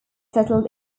settled